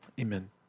Amen